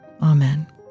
Amen